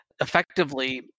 effectively